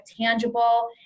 tangible